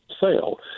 sale